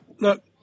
Look